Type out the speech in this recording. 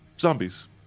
Zombies